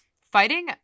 fighting